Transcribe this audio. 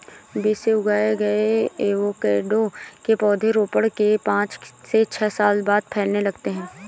बीज से उगाए गए एवोकैडो के पौधे रोपण के पांच से छह साल बाद फलने लगते हैं